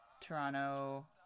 Toronto